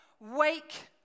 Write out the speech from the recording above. Wake